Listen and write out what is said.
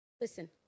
Listen